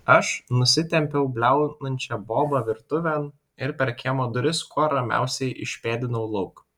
aš nusitempiau bliaunančią bobą virtuvėn ir per kiemo duris kuo ramiausiai išpėdinau lauk